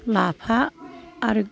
लाफा आरो